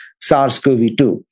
SARS-CoV-2